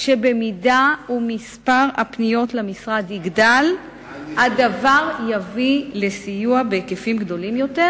שבמידה שמספר הפניות למשרד יגדל הדבר יביא לסיוע בהיקפים גדולים יותר,